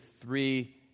three